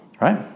right